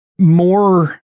more